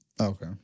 Okay